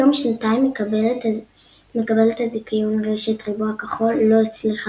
בתום שנתיים מקבלת הזיכיון רשת ריבוע כחול לא הצליחה